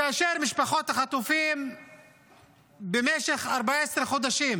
כאשר משפחות החטופים במשך 14 חודשים